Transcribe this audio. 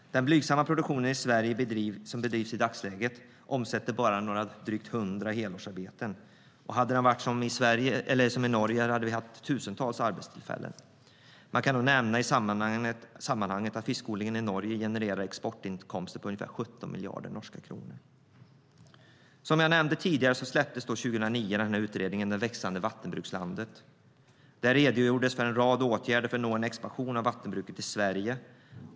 Den blygsamma produktion som i dagsläget bedrivs i Sverige omsätter bara drygt 100 helårsarbeten. Hade den varit som i Norge hade vi haft tusentals arbetstillfällen. Man kan i sammanhanget nämna att fiskodlingen i Norge genererar exportinkomster på ungefär 17 miljarder norska kronor. Som jag nämnde tidigare släpptes utredningen Det växande vattenbrukslandet år 2009. Där redogjordes för en rad åtgärder för att nå en expansion av vattenbruket i Sverige.